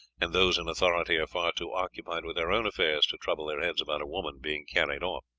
and those in authority are far too occupied with their own affairs to trouble their heads about a woman being carried off.